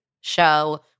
show